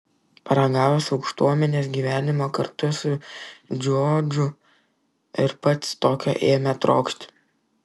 paragavęs aukštuomenės gyvenimo kartu su džordžu ir pats tokio ėmė trokšti